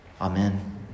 Amen